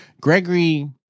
Gregory